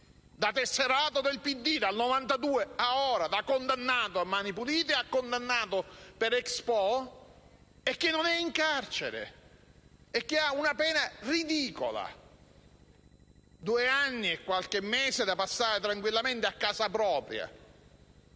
da tesserato del PD, dal 1992 fino ad ora, da condannato di Mani pulite a condannato per Expo 2015. Ed egli non è in carcere e sconta una pena ridicola: due anni e qualche mese da trascorrere tranquillamente a casa propria.